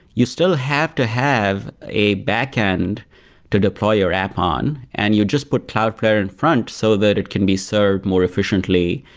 you still have to have a back-end to deploy your app on and you just put cloudflare in front, so that it can be served more efficiently,